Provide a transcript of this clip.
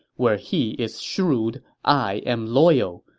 where he is shrewd, i am loyal.